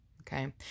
Okay